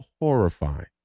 Horrifying